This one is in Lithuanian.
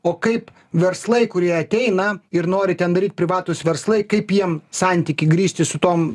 o kaip verslai kurie ateina ir nori ten daryt privatūs verslai kaip jiem santykį grįsti su tom